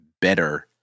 better